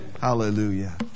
Hallelujah